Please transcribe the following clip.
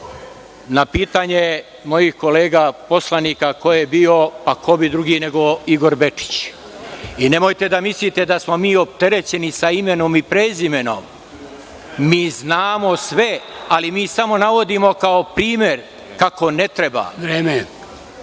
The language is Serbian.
na pitanje mojih kolega poslanika – ko je bio, pa ko bi drugi nego Igor Bečić. Nemojte da mislite da smo mi opterećeni sa imenom i prezimenom. Mi znamo sve, ali mi samo navodimo kao primer kako ne treba…